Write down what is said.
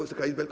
Wysoka Izbo!